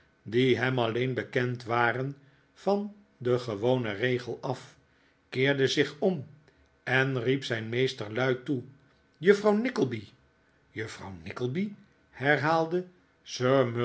die hem alleen bekend waren van den gewonen regel af keerde zich om en riep zijn meester luid toe juffrouw nickleby juffrouw nickleby herhaalde